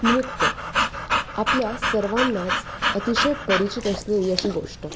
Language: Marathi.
नृत्य आपल्या सर्वांनाच अतिशय परिचित असलेली अशी गोष्ट